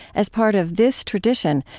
as part of this tradition,